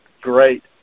Great